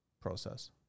process